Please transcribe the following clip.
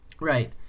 Right